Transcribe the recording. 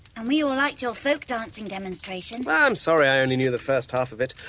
and we all liked your folk dancing demonstration. i'm sorry i only knew the first half of it.